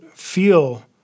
feel